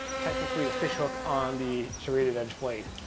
technically, the fish hook on the serrated edge blade.